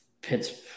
Pittsburgh